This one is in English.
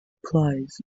applies